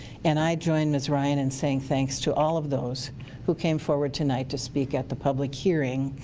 and i join ms. ryan in saying thanks to all of those who came forward tonight to speak at the public hearing.